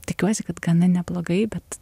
tikiuosi kad gana neblogai bet